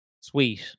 sweet